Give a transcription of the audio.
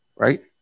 Right